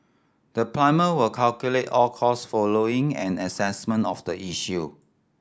the plumber will calculate all costs following an assessment of the issue